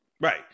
right